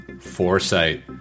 Foresight